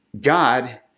God